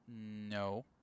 No